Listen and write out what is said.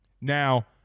Now